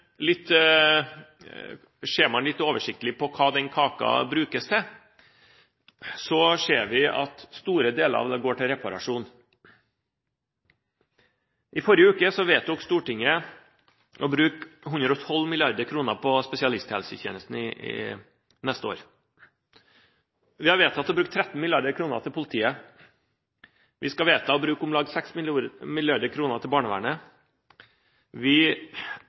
litt oversiktlig på hva den kaken brukes til, ser vi at store deler av det går til reparasjon. I forrige uke vedtok Stortinget å bruke 112 mrd. kr på spesialisthelsetjenesten til neste år. Vi har vedtatt å bruke 13 mrd. kr til politiet. Vi skal vedta å bruke om lag 6 mrd. kr til barnevernet. Vi